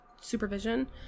supervision